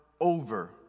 over